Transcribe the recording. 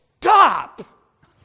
stop